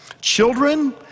children